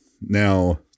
Now